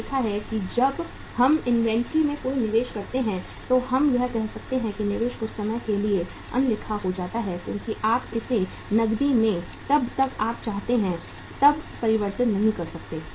हमने देखा है कि जब हम इन्वेंट्री में कोई निवेश करते हैं तो हम यह कह सकते हैं कि निवेश कुछ समय के लिए अनलिखा हो जाता है क्योंकि आप इसे नकदी में तब और जब आप चाहते थे तब परिवर्तित नहीं कर सकते